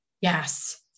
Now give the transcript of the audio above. Yes